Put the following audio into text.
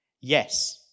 Yes